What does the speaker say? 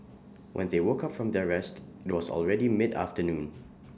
when they woke up from their rest IT was already midafternoon